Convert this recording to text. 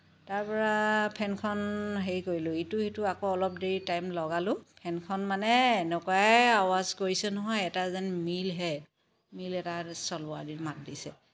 তাৰপৰা ফেনখন হেৰি কৰিলো ইটো সিটো আকৌ অলপ দেৰি টাইম লগালো ফেনখন মানে এনেকুৱাই আৱাজ কৰিছে নহয় এটা যেন মিলহে মিল এটা চলোৱাদি মাত দিছে